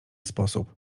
sposób